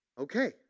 Okay